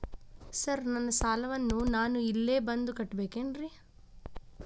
Sir ನನ್ನ ಸಾಲವನ್ನು ನಾನು ಇಲ್ಲೇ ಬಂದು ಕಟ್ಟಬೇಕೇನ್ರಿ?